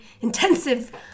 intensive